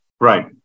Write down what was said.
Right